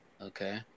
Okay